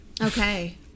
okay